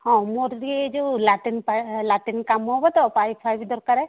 ହଁ ମୋର ଟିକିଏ ଯେଉଁ ଲାଟ୍ରିନ୍ ଲାଟ୍ରିନ୍ କାମ ହବ ତ ପାଇପ୍ ପାଇଫ ଦରକାର